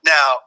Now